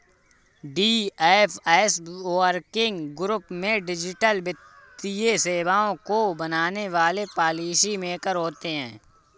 DFS working group में digital वित्तीय सेवाओं को बनाने वाले पॉलिसी मेकर होते हैं